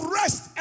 rest